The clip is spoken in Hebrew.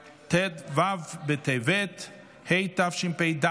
ברזל), התשפ"ד